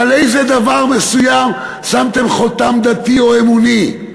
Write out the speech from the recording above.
על איזה דבר מסוים שמתם חותם דתי או אמוני?